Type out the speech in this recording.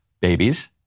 babies